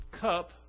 cup